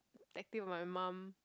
active my mum